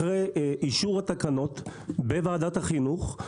אחרי אישור התקנות בוועדת החינוך,